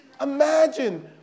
Imagine